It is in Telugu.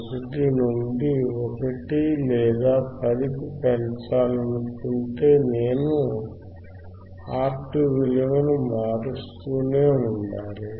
1 నుండి 1 లేదా 10 కి పెంచాలనుకుంటే నేను R2 విలువను మారుస్తూనే ఉండాలి